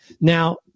Now